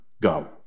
go